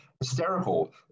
hysterical